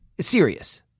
serious